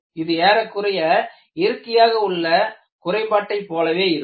இது ஏறக்குறைய இயற்கையாக உள்ள குறைபாட்டை போலவே இருக்கும்